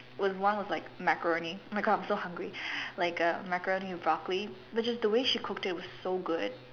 was one was like macaroni oh my God I'm so hungry like uh macaroni with broccoli but just the way she cooked it was so good